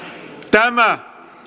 tämä